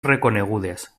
reconegudes